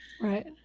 Right